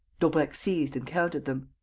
daubrecq seized and counted them.